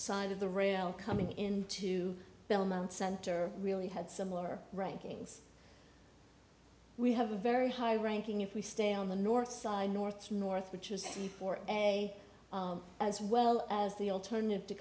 side of the rail coming into belmont center really had similar rankings we have a very high ranking if we stay on the north side north north which is actually for a as well as the alternative to